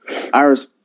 iris